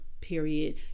period